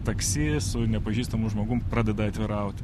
taksi su nepažįstamu žmogum pradeda atvirauti